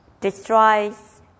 destroys